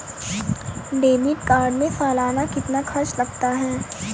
Debit card में सालाना कितना खर्च लगता है?